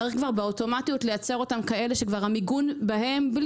צריך באופן אוטומטי לייצר אותם כך שהמיגון נמצא בהם,